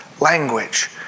language